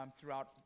throughout